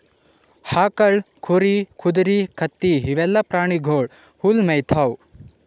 ಆಕಳ್, ಕುರಿ, ಕುದರಿ, ಕತ್ತಿ ಇವೆಲ್ಲಾ ಪ್ರಾಣಿಗೊಳ್ ಹುಲ್ಲ್ ಮೇಯ್ತಾವ್